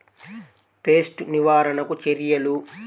Pest నివారణకు చర్యలు?